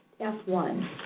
F1